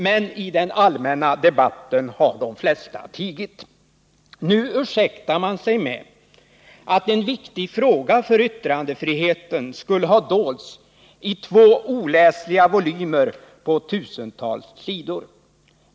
Men i den allmänna debatten har de flesta tigit. Nu ursäktar man sig med att en viktig fråga för yttrandefriheten skulle ha dolts i två oläsliga volymer på tusentals sidor.